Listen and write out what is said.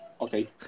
okay